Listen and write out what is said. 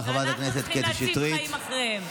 אנחנו צריכים להציב חיים אחריהם.